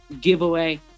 giveaway